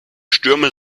stürme